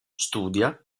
studia